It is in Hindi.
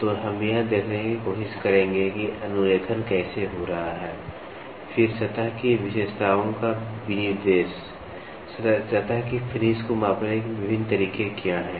तो हम यह देखने की कोशिश करेंगे कि अनुरेखण कैसे हो रहा है फिर सतह की विशेषताओं का विनिर्देश सतह की फिनिश को मापने के विभिन्न तरीके क्या हैं